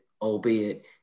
albeit